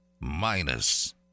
Minus